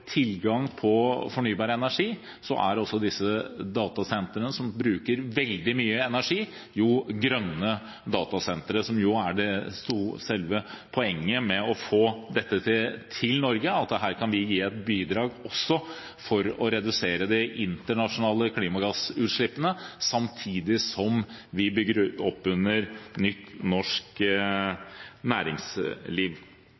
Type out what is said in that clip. tilgang på fornybar energi er disse datasentrene, som bruker veldig mye energi, grønne datasentre – noe som er selve poenget med å få dette til Norge – at her kan vi gi et bidrag til å redusere de internasjonale klimagassutslippene samtidig som vi bygger opp under nytt norsk